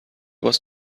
was